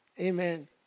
Amen